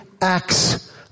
acts